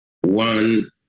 One